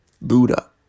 Buddha